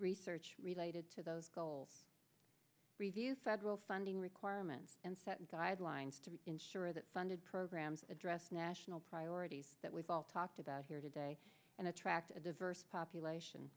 research related to those goals review federal funding requirements and set guidelines to ensure that funded programs address national priorities that we've all talked about here today and attract a diverse population